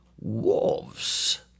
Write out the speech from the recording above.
wolves